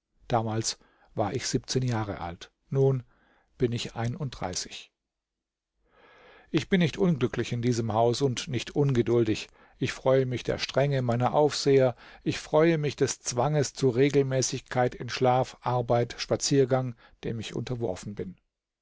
damals war ich siebzehn jahre alt nun bin ich einunddreißig ich bin nicht unglücklich in diesem haus und nicht ungeduldig ich freue mich der strenge meiner aufseher ich freue mich des zwanges zu regelmäßigkeit in schlaf arbeit spaziergang dem ich unterworfen bin